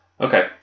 okay